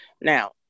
Now